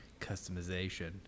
Customization